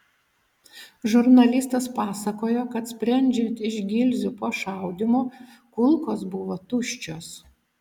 žurnalistas pasakojo kad sprendžiant iš gilzių po šaudymo kulkos buvo tuščios